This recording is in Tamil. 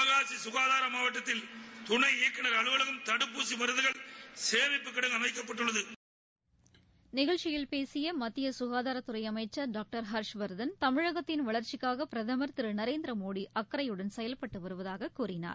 சிவகாசி சுகாதார மாவட்டத்தில் துணை இயக்குநர் அலுவலகம் தடுப்பூசி மருந்துகள் சேமிப்புக் கிடங்கு அமைக்கப்பட்டுள்ளது நிகழ்ச்சியில் பேசிய மத்திய சுகாதாரத் துறை அமைச்சர் டாக்டர் ஹர்ஷ்வர்தன் தமிழகத்தின் வளர்ச்சிக்காக பிரதமர் திரு நரேந்திர மோடி அக்கறையுடன் செயல்பட்டு வருவதாக கூறினார்